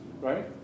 right